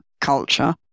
culture